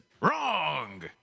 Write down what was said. wrong